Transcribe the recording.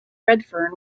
redfern